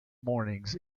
mornings